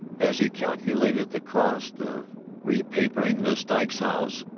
as he calculated the cost of repapering the styles house,